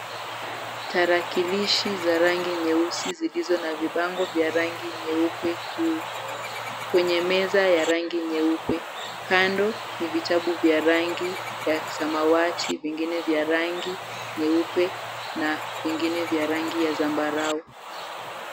Tarakilishi za rangi nyeusi zilizo na vibango vya rangi nyeupe juu kwenye meza ya rangi nyeupe. Kando ni vitabu vya rangi ya kisamawati, vingine vya rangi nyeupe na vingine vya rangi ya zambarau.